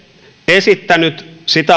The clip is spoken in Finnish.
esittänyt